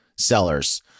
Sellers